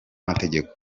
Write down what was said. amategeko